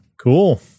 Cool